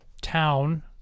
town